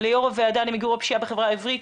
ליו"ר הוועדה למיגור הפשיעה בחברה הערבית,